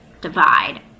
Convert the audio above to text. divide